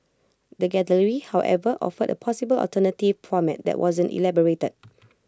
the gallery however offered A possible alternative format that wasn't elaborated